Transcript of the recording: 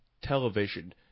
television